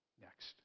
next